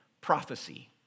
Prophecy